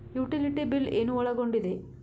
Utility bill ಏನು ಒಳಗೊಂಡಿದೆ?